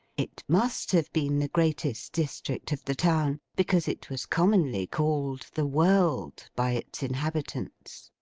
it must have been the greatest district of the town, because it was commonly called the world by its inhabitants.